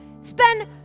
spend